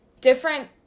different